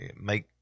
make